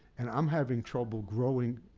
and i'm having trouble growing.